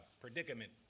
predicament